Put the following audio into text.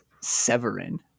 Severin